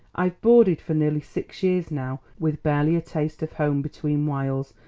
i've boarded for nearly six years now with barely a taste of home between whiles,